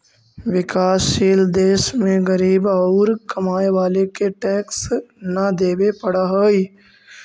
विकासशील देश में गरीब औउर कमाए वाला के टैक्स न देवे पडऽ हई